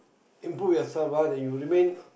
improve yourself ah you remain